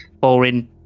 Boring